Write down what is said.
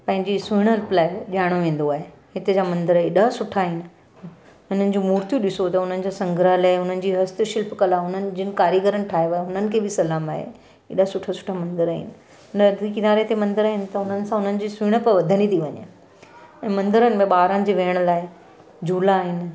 पंहिंजी सुहिणप लाइ ॼाणियो वेंदो आहे हिते जा मंदर एॾा सुठा आहिनि उन्हनि जी मूर्तियूं ॾिसो त उन्हनि जो संग्रहालय उन्हनि हस्त शिल्पकलाऊं उन्हनि जिन कारीगरनि ठाहियो आहे हुननि खे बि सलाम आहे एॾा सुठा सुठा मंदर आहिनि नदी किनारे ते मंदर आहिनि त उनसां हुननि जी सुहिणप वधंदी ती वञे ऐं मंदरनि में ॿारनि जे विहण लाइ झूला आहिनि